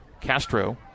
Castro